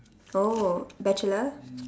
oh bachelor